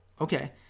Okay